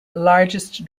largest